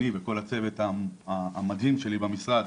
אני וכל הצוות המדהים שלי במשרד